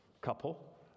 couple